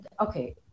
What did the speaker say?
Okay